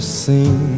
seen